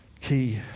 key